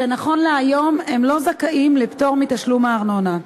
שנכון להיום הם לא זכאים לפטור מתשלום הארנונה.